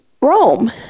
Rome